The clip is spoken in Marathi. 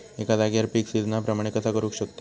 एका जाग्यार पीक सिजना प्रमाणे कसा करुक शकतय?